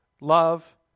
love